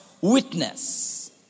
witness